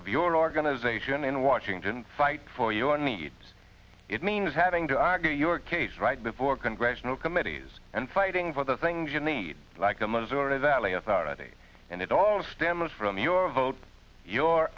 of your organization in washington fight for your needs it means having to argue your case right before congressional committees and fighting for the things you need like the missouri valley authority and it all stems from your vote your